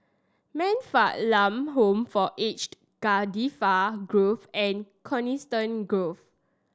Man Fatt Lam Home for Aged Cardifi Grove and Coniston Grove